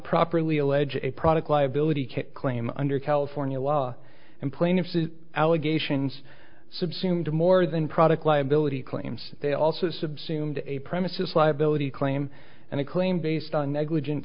properly allege a product liability kit claim under california law and plaintiff's allegations subsumed more than product liability claims they also subsumed a premises liability claim and a claim based on negligent